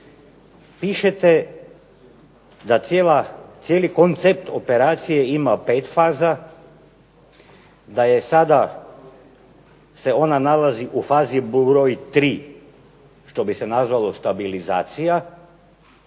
pišete da cijeli koncept operacije ima pet faza, da se sada ona nalazi u fazi broj tri što bi se nazvalo stabilizacija,